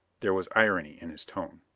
there was irony in his tone.